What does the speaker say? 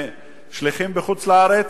משליחים בחוץ-לארץ